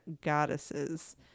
goddesses